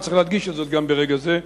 וצריך להדגיש את זאת גם ברגע זה,